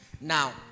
Now